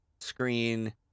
Screen